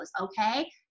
okay